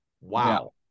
Wow